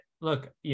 look